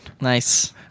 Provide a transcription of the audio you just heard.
Nice